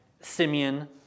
Simeon